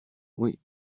oui